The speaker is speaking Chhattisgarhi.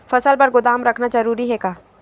फसल बर गोदाम रखना जरूरी हे का?